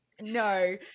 No